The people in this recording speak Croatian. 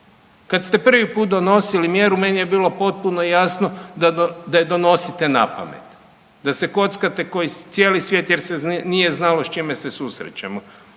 Kad ste prvi put donosili mjeru meni je bilo potpuno jasno da je donosite napamet, da se kockate ko cijeli svijet jer se nije znalo s čime se susrećemo.